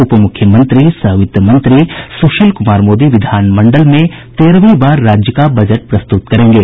उप मुख्यमंत्री सह वित्त मंत्री सुशील कुमार मोदी विधानमंडल में तेरहवीं बार राज्य का बजट प्रस्तुत करेंगे